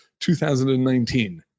2019